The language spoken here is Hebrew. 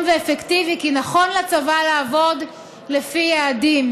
ואפקטיבי כי נכון לצבא לעבוד לפי יעדים,